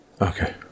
Okay